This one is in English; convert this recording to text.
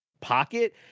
pocket